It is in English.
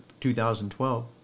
2012